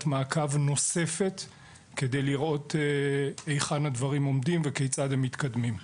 מעקב נוספת כדי לראות היכן הדברים עומדים וכיצד הם מתקדמים.